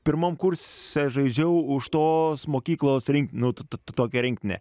pirmam kurse žaidžiau už tos mokyklos rinkti nu to tokią rinktinę